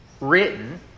written